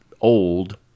old